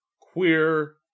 queer